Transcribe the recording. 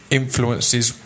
influences